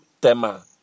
Tema